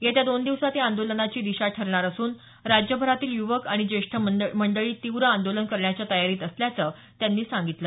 येत्या दोन दिवसांत या आंदोलनाची दिशा ठरणार असून राज्यभरातील यूवक आणि ज्येष्ठ मंडळी तीव्र आंदोलन करण्याचा तयारीत असल्याचं त्यांनी सांगितलं